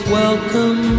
welcome